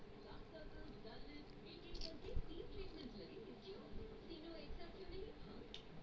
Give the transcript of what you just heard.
UPI से mobile number जोड़ले के बाद लेन देन करल जा सकल जाला